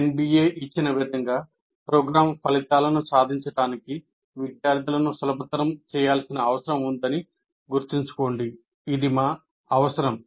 NBA ఇచ్చిన విధంగా programme ఫలితాలను సాధించడానికి విద్యార్థులను సులభతరం చేయాల్సిన అవసరం ఉందని గుర్తుంచుకోండి ఇది మా అవసరం